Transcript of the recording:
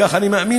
כך אני מאמין,